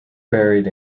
buried